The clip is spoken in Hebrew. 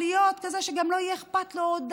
לכזה שגם לא יהיה אכפת לו,